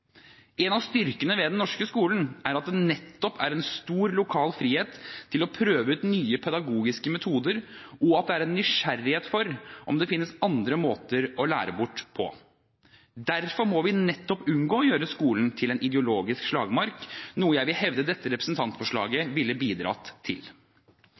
En av styrkene ved den norske skolen er at det nettopp er en stor lokal frihet til å prøve ut nye pedagogiske metoder, og at det er en nysgjerrighet for om det finnes andre måter å lære bort på. Derfor må vi nettopp unngå å gjøre skolen til en ideologisk slagmark, noe jeg vil hevde dette representantforslaget ville bidratt til.